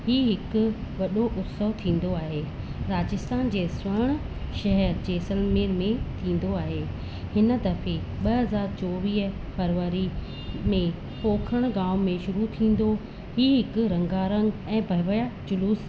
ही हिकु वॾो उत्सव थींदो आहे राजस्थान जे स्वर्ण शहर जैसलमेर में थींदो आहे हिन दफ़े ॿ हज़ार चोवीह फरवरी में पोखण गांव में शुरू थींदो ही हिकु रंगारंग ऐं भव्य जुलूस